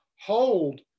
hold